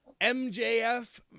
MJF